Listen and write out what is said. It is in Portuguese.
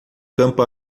campo